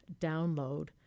download